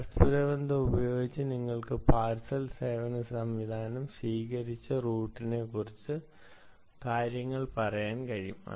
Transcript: ഈ പരസ്പരബന്ധം ഉപയോഗിച്ച് നിങ്ങൾക്ക് പാർസൽ സേവന സംവിധാനം സ്വീകരിച്ച റൂട്ടിനെക്കുറിച്ച് കുറച്ച് കാര്യങ്ങൾ പറയാൻ കഴിയും